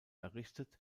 errichtet